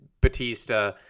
batista